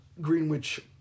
Greenwich